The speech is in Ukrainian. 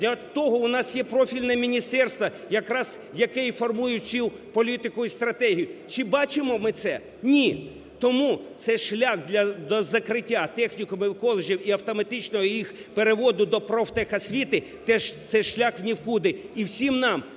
Для того у нас є профільне міністерство якраз яке і формує цю політику і стратегію. Чи бачимо ми це? Ні, тому це шлях до закриття технікумів і коледжів, і автоматичного їх переводу до профтехосвіти це шлях в нікуди. І всім нам